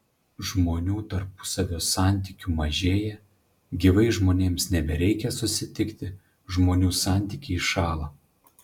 žmonių tarpusavio santykių mažėja gyvai žmonėms nebereikia susitikti žmonių santykiai šąla